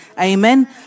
Amen